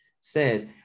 says